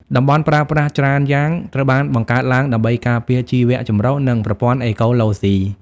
តំបន់ប្រើប្រាស់ច្រើនយ៉ាង ត្រូវបានបង្កើតឡើងដើម្បីការពារជីវៈចម្រុះ និងប្រព័ន្ធអេកូឡូស៊ី។